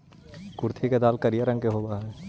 कुर्थी के दाल करिया रंग के होब हई